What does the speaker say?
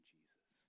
Jesus